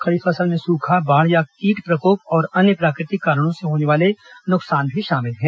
खड़ी फसल में सूखा बाढ़ कीट प्रकोप और अन्य प्राकृतिक कारणों से होने वाले नुकसान शामिल हैं